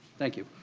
thank you.